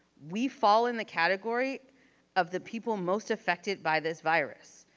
we fall in the category of the people most affected by this virus.